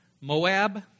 Moab